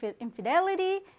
infidelity